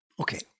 okay